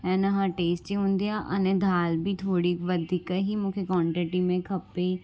ऐं हिन खां टेस्टी हूंदी आहे अने दालि बि थोरी वधीक ही मूंखे कॉंटीटी में खपे